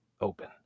Open